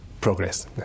progress